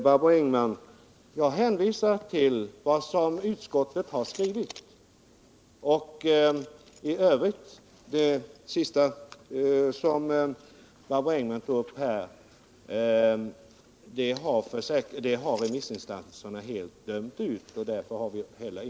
Barbro Engman erinrade om att utredningen hade föreslagit att en part i ett mål i försäkringsrätt själv skulle kunna begära att lekmän skulle medverka i avgörandet. Jag vill framhålla att det förslaget dömdes ut av sakkunniga remissinstanser.